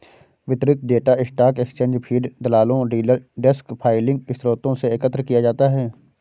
वितरित data stock exchange feed, दलालों, dealer desk filing स्रोतों से एकत्र किया जाता है